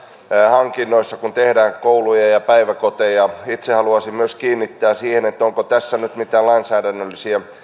hankinnoissa kun tehdään kouluja ja ja päiväkoteja myös itse haluaisin kiinnittää huomiota siihen onko tässä nyt mitään lainsäädännöllisiä